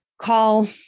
call